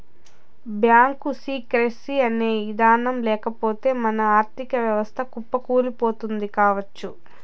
bank secrecy అనే ఇదానం లేకపోతె మన ఆర్ధిక వ్యవస్థ కుప్పకూలిపోతుంది కావచ్చు